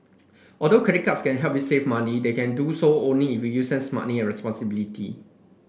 although credit cards can help you save money they can do so only if use them smartly and responsibility